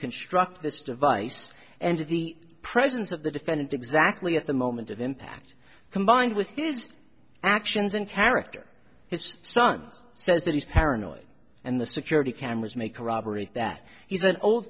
construct this device and the presence of the defendant exactly at the moment of impact combined with his actions and character his son says that he's paranoid and the security cameras may corroborate that he's an old